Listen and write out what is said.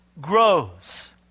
grows